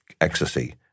ecstasy